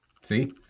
See